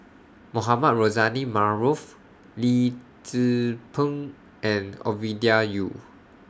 Mohamed Rozani Maarof Lee Tzu Pheng and Ovidia Yu